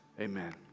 amen